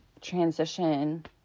transition